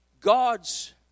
God's